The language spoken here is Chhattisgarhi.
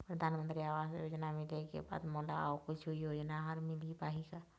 परधानमंतरी आवास योजना मिले के बाद मोला अऊ कुछू योजना हर मिल पाही का?